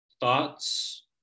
thoughts